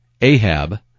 Ahab